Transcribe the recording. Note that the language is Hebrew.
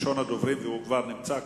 ראשון הדוברים והוא כבר נמצא כאן,